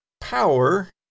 Power